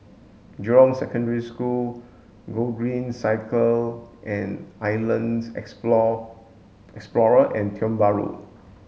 Jurong Secondary School Gogreen Cycle and Islands Explorer and Tiong Bahru